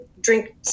drink